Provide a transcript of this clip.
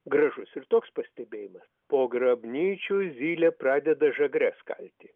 gražus ir toks pastebėjimas po grabnyčių zylė pradeda žagres kalti